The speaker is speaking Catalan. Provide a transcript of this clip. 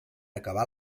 acabar